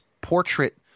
portrait